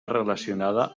relacionada